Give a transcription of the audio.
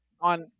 On